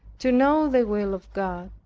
to know the will of god.